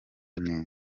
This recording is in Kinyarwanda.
neza